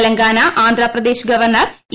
Telangana Andhra Pradesh governor E